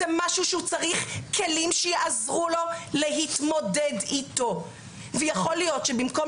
זה משהו שהוא צריך כלים שיעזרו לו להתמודד אתו ויכול להיות שבמקום